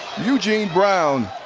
eugene brown.